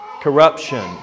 Corruption